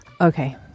Okay